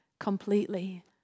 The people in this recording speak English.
completely